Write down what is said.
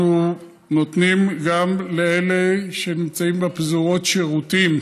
אנחנו נותנים גם לאלה שנמצאים בפזורות שירותים